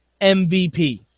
MVP